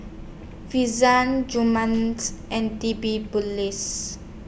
Gurments and